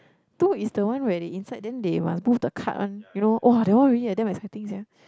two is the one where they inside then they must move the card one you know !wah! that one really eh damn exciting sia